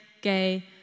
gay